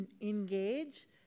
engage